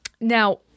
Now